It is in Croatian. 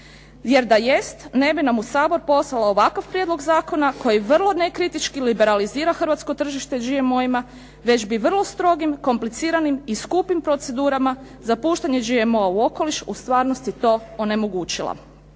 jer da jest ne bi nam u Sabor poslala ovakav prijedlog zakona koji vrlo nekritički liberalizira hrvatsko tržište GMO-ima već bi vrlo strogim, kompliciranim i skupim procedurama za puštanje GMO-a u okoliš u stvarnosti to onemogućila.